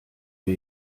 wir